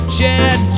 Chad